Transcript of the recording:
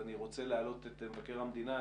אני רוצה להעלות את מבקר המדינה,